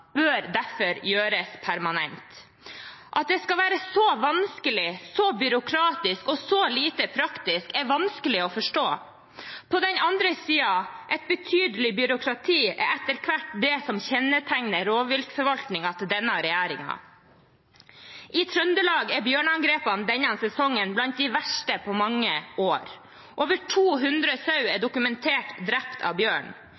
bør derfor gjøres permanent. At det skal være så vanskelig, så byråkratisk og så lite praktisk er vanskelig å forstå. På den andre siden er et betydelig byråkrati etter hvert det som kjennetegner rovviltforvaltningen til denne regjeringen. I Trøndelag er bjørneangrepene denne sesongen blant de verste på mange år. Over 200 sauer er dokumentert drept av bjørn.